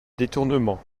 détournement